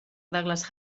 douglas